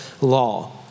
law